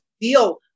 deal